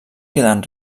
queden